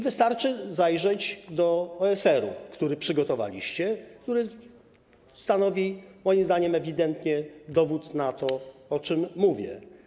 Wystarczy zajrzeć do OSR-u, który przygotowaliście, który stanowi, moim zdaniem, ewidentny dowód na to, o czym mówię.